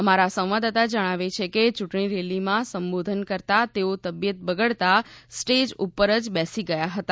અમારા સંવાદદાતા જણાવે છે કે યૂંટણી રેલીમાં સંબોધન કરતા તેઓ તબીયત બગડતા સ્ટેજ ઉપર જ બેસી ગયા હતા